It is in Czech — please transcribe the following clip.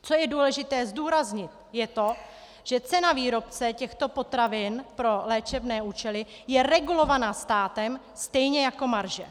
Co je důležité zdůraznit, je to, že cena výrobce těchto potravin pro léčebné účely je regulovaná státem stejně jako marže.